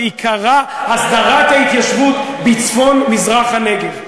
שעיקרה הסדרת ההתיישבות בצפון-מזרח הנגב.